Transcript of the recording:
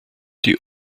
die